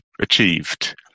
achieved